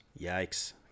Yikes